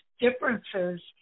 differences